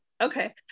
Okay